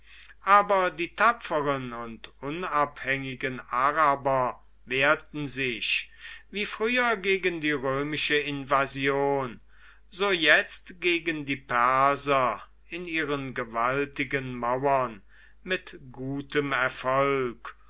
aber die tapferen und unabhängigen araber wehrten sich wie früher gegen die römische invasion so jetzt gegen die perser in ihren gewaltigen mauern mit gutem erfolg